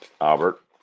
Albert